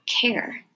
care